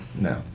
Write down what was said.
no